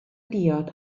diod